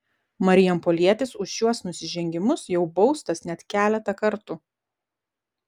marijampolietis už šiuos nusižengimus jau baustas net keletą kartų